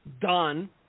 done